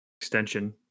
extension